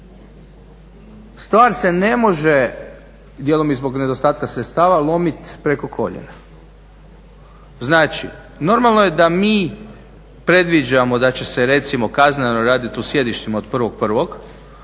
stvar se ne može, djelom i zbog nedostatka sredstava lomiti preko koljena. Znači, normalno je da mi predviđamo da će se recimo kazneno raditi u sjedištima od 1.1. ali